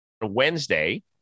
Wednesday